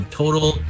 total